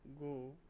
go